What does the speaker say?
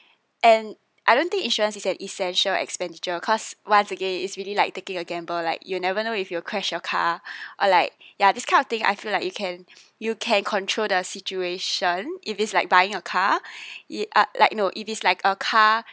and I don't think insurance is an essential expenditure cause once again is really like taking a gamble like you'll never know if you're crashed your car or like ya this kind of thing I feel like you can you can control the situation if it's like buying a car it uh like no it is like a car